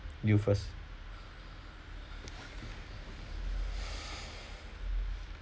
you first